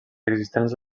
existents